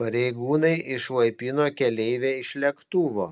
pareigūnai išlaipino keleivę iš lėktuvo